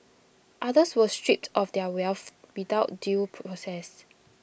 others were stripped of their wealth without due process